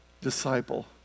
disciple